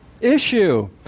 issue